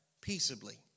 peaceably